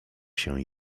się